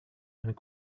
and